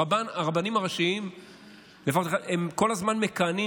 הרבנים הראשיים כל הזמן מכהנים,